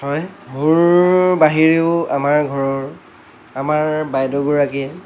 হয় মোৰ বাহিৰেও আমাৰ ঘৰৰ আমাৰ বাইদেউগৰাকীৰ